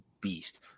beast